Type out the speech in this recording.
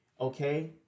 okay